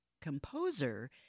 Composer